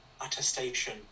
attestation